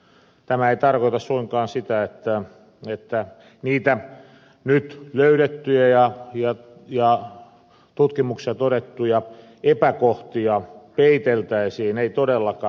tämä ei tarkoita suinkaan sitä että niitä nyt löydettyjä ja tutkimuksilla todettuja epäkohtia peiteltäisiin ei todellakaan